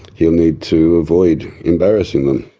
he'll need to avoid embarrassing them.